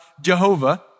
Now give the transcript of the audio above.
Jehovah